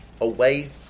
away